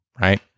right